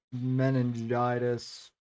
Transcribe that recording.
meningitis